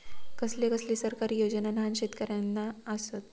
कसले कसले सरकारी योजना न्हान शेतकऱ्यांना आसत?